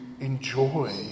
enjoy